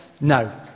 no